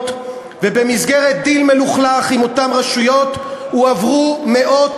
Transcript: ובמסגרת דיל מלוכלך עם אותן רשויות הועברו מאות